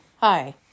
Hi